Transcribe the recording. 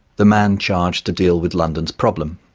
the man charged to deal with london's problem?